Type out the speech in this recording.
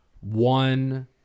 one